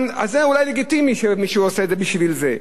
זה אולי לגיטימי שמישהו עושה את זה בשביל זה,